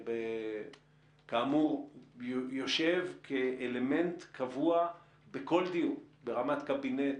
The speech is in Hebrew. כאמור, יושב כאלמנט קבוע בכל דיון ברמת קבינט,